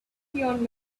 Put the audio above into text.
beyond